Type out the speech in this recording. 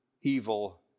evil